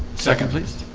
second please.